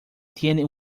tiene